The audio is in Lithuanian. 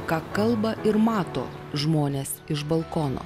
ką kalba ir mato žmonės iš balkono